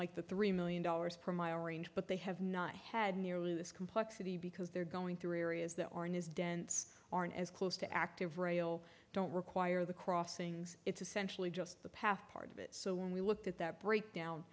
like the three million dollars per mile range but they have not had nearly this complexity because they're going through areas that aren't as dense aren't as close to active rail don't require the crossings it's essentially just the path part of it so when we looked at that breakdown